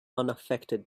unaffected